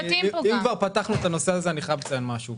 אם כבר פתחנו את הנושא הזה, אני חייב לציין משהו.